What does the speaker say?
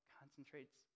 concentrates